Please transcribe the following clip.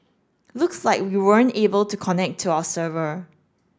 looks like we weren't able to connect to our server